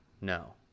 No